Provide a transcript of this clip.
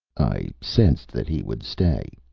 i sensed that he would stay.